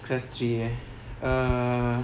class three ya err